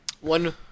One